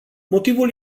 motivul